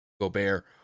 Gobert